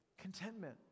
contentment